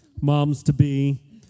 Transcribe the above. moms-to-be